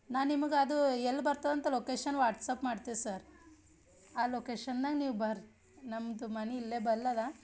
ನಾನು ನಿಮ್ಗೆ ಅದು ಎಲ್ಲಿ ಬರ್ತದೆ ಅಂತ ಲೊಕೇಷನ್ ವಾಟ್ಸಾಪ್ ಮಾಡ್ತೀವಿ ಸರ್ ಆ ಲೊಕೇಷನ್ನಾಗ ನೀವು ಬರ್ರೀ ನಮ್ಮದು ಮನೆ ಇಲ್ಲೇ ಬಲ್ ಅದ